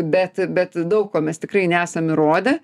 bet bet daug ko mes tikrai nesam įrodę